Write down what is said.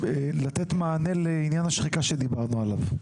לתת מענה לעניין השחיקה שדיברנו עליו.